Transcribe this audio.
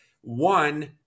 one